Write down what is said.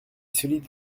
solide